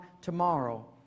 tomorrow